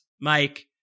Mike